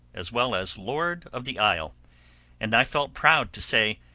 as well as lord of the isle and i felt proud to say,